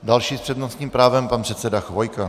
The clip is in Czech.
Další s přednostním právem pan předseda Chvojka.